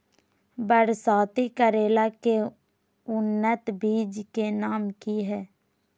बरसाती करेला के उन्नत बिज के नाम की हैय?